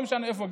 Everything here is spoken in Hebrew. ולא משנה איפה,